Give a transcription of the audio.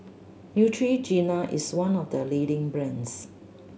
Neutrogena is one of the leading brands